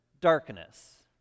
darkness